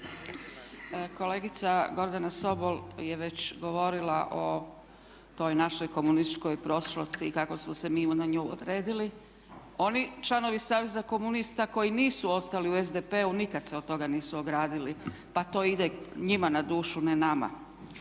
Kolegica Gordana Sobol je već govorila o toj našoj komunističkoj prošlosti i kako smo se mi na nju odredili. Oni članovi Saveza komunista koji nisu ostali u SDP-u nikad se od toga nisu ogradili, pa to ide njima na dušu ne nama.